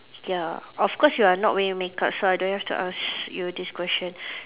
ya of course you are not wearing makeup so I don't have to ask you this question